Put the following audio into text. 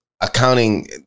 accounting